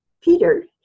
Peter